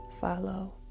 follow